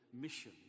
mission